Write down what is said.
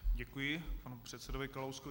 Děkuji panu předsedovi Kalouskovi.